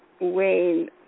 Wayne